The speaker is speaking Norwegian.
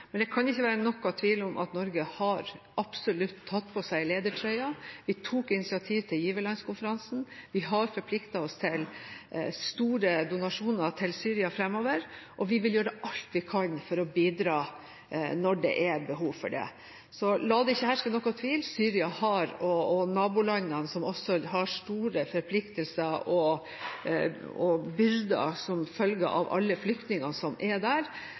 men det kan ikke være noen tvil om at Norge absolutt har tatt på seg ledertrøya. Vi tok initiativ til giverlandskonferansen. Vi har forpliktet oss til store donasjoner til Syria framover, og vi vil gjøre alt vi kan for å bidra når det er behov for det. Så la det ikke herske noen tvil: Syria og nabolandene – som også har store forpliktelser og byrder som følge av alle flyktningene som er der